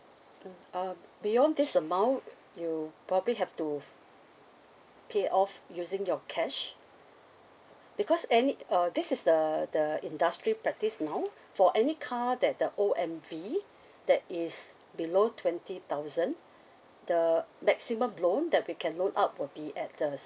mm uh beyond this amount you probably have to pay off using your cash because any err this is the the industry practice now for any car that the O_M_V that is below twenty thousand the maximum loan that we can loan out will be at uh